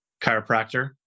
chiropractor